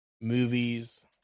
movies